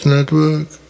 Network